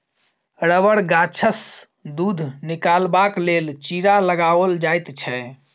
रबड़ गाछसँ दूध निकालबाक लेल चीरा लगाओल जाइत छै